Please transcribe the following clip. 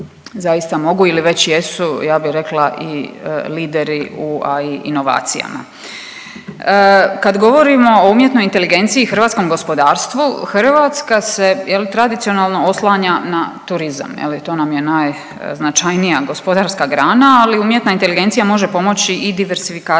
zaista mogu ili već jesu ja bih rekla i lideri u AI inovacijama. Kad govorimo o umjetnoj inteligenciji i hrvatskom gospodarstvu Hrvatska se jel' tradicionalno oslanja na turizam. Je li to nam je najznačajnija gospodarska grana, ali umjetna inteligencija može pomoći i diverzifikaciji